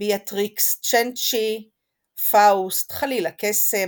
"ביאטריקס צ'נצ'י", "פאוסט", חליל הקסם,